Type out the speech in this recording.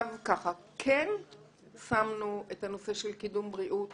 כן שמנו את הנושא של קידום בריאות